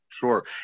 sure